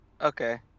Okay